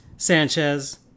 Sanchez